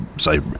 say